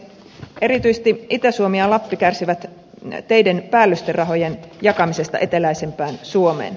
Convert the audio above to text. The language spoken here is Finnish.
erityisesti itä suomi ja lappi kärsivät teiden päällysterahojen jakamisesta eteläisempään suomeen